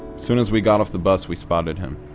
soon as we got off the bus we spotted him.